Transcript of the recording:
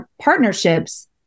partnerships